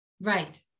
Right